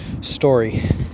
story